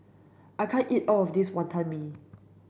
I can't eat all of this Wonton Mee